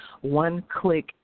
one-click